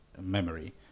memory